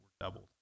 doubled